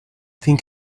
think